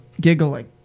giggling